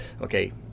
okay